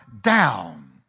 down